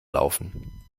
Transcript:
laufen